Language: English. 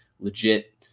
Legit